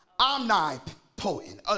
omnipotent